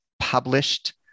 published